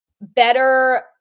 better